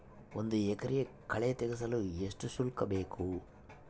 ಒಂದು ಎಕರೆ ಕಳೆ ತೆಗೆಸಲು ಎಷ್ಟು ಶುಲ್ಕ ಬೇಕು?